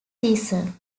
season